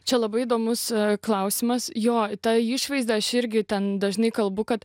čia labai įdomus klausimas jo tą išvaizdą aš irgi ten dažnai kalbu kad